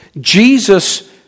Jesus